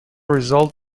result